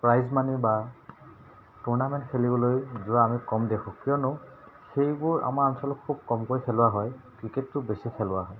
prize money বা tournament খেলিবলৈ যোৱা আমি কম দেখোঁ কিয়নো সেইবোৰ আমাৰ অঞ্চলত খুব কমকৈ খেলোৱা হয় ক্ৰিকেটটো বেছি খেলোৱা হয়